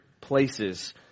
places